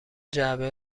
جعبه